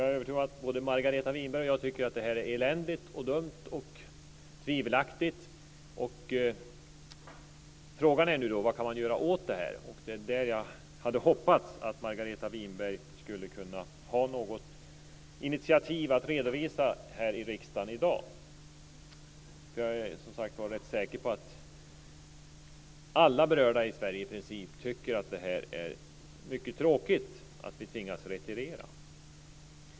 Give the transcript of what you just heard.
Jag är övertygad om att både Margareta Winberg och jag tycker att det här är eländigt, dumt och tvivelaktigt. Frågan är då vad man kan göra åt detta. Jag hade hoppats att Margareta Winberg skulle kunna ha något initiativ att redovisa här i riksdagen i dag. Jag är ganska säker på att alla berörda i Sverige tycker att det är mycket tråkigt att vi tvingas retirera.